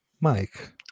mike